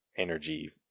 energy